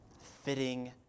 fitting